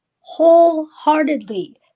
wholeheartedly